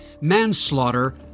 manslaughter